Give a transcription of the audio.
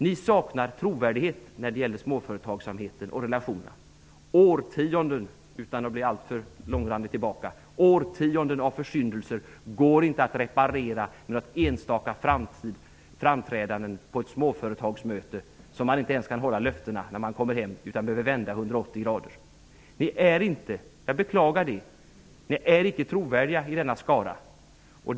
Ni saknar trovärdighet när det gäller småföretagsamheten och relationerna. Utan en alltför långrandig tillbakablick vill jag påstå att årtionden av försyndelser inte går att reparera vid något enstaka framträdande på ett småföretagsmöte där man avger löften som man inte ens kan hålla när man kommer hem, utan man behöver vända 180 grader. Ni är inte, jag beklagar det, trovärdiga i denna skara.